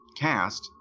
Cast